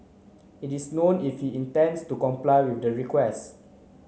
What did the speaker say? it is known if he intends to comply with the request